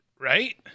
right